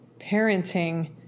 parenting